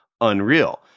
Unreal